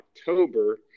October